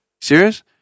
Serious